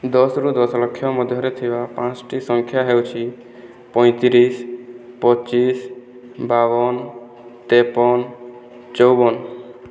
ଦଶ୍ ରୁ ଦଶଲକ୍ଷ ମଧ୍ୟରେ ଥିବା ପାଞ୍ଚ୍ ଟି ସଂଖ୍ୟା ହେଉଛି ପଇଁତିରିଶି ପଚିଶି ବାବନ ତେପନ ଚଉବନ